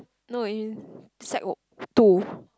no in sec one two